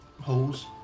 holes